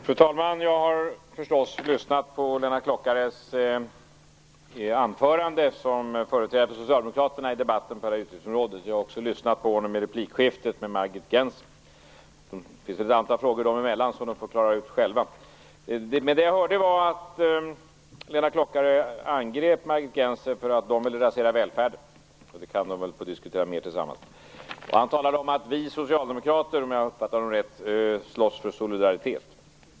Fru talman! Jag har förstås lyssnat på Lennart Klockares anförande, som han hållit som företrädare för socialdemokraterna i debatten på det här utgiftsområdet. Jag har också lyssnat på honom i replikskiftet med Margit Gennser. Det finns ett antal frågor dem emellan som de får klara ut själva. Jag hörde att Lennart Klockare angrep Margit Gennser för att moderaterna ville rasera välfärden, och det kan de väl få diskutera mer tillsammans. Han talade också om att socialdemokraterna slåss för solidaritet.